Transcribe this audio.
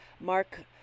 mark